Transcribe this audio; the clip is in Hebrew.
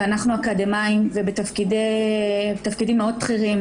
אנחנו אקדמאים ובתפקידים בכירים מאוד.